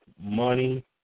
money